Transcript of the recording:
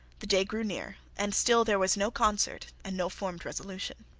the day drew near and still there was no concert and no formed resolution.